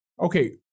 Okay